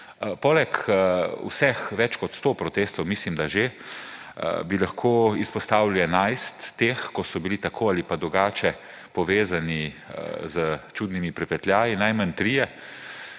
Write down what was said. Poleg vseh, več kot sto protestov, mislim da že, bi lahko izpostavili 11 teh, ki so bili tako ali pa drugače povezani z čudnimi pripetljaji, najmanj trije